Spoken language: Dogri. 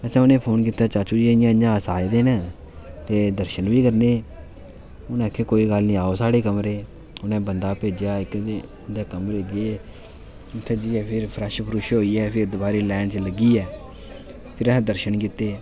अच्छा उ'नेंगी फोन कीता चाचू जी इ'यां इ'यां अस आए दे न ते दर्शन बी करने उ'नें आखेआ कोई गल्ल निं आओ साढ़े कमरे च उ'नें बंदा भेजेआ इक ते उं'दे कमरे च गे उत्थै जाइयै फ्ही फ्रैश्श फ्रूश्श होइयै फ्ही दोबारै लैन च लग्गियै फिर असें दर्शन कीते